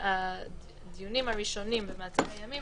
הדיונים הראשונים במעצרי ימים